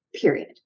period